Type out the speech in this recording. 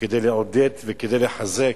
כדי לעודד ולחזק.